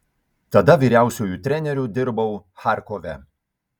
tada vyriausiuoju treneriu dirbau charkove